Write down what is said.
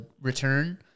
return